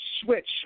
switch